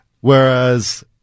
Whereas